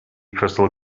crystal